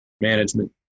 management